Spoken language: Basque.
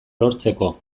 lortzeko